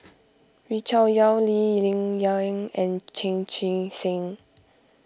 Wee Cho Yaw Lee Ling Yen and Chan Chee Seng